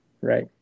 Right